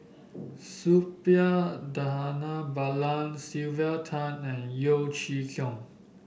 Suppiah Dhanabalan Sylvia Tan and Yeo Chee Kiong